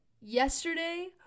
Yesterday